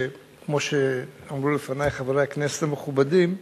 כמו שאמרו לפני חברי הכנסת המכובדים,